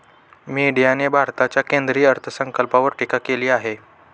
मीडियाने भारताच्या केंद्रीय अर्थसंकल्पावर टीका केली आहे